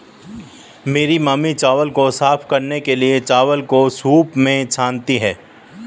मेरी मामी चावल को साफ करने के लिए, चावल को सूंप में छानती हैं